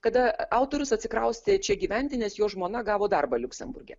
kada autorius atsikraustė čia gyventi nes jo žmona gavo darbą liuksemburge